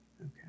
Okay